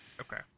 Okay